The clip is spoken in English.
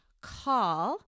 call